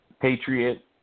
Patriot